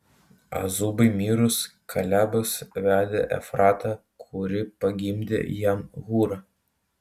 azubai mirus kalebas vedė efratą kuri pagimdė jam hūrą